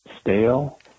stale